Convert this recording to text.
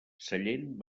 sallent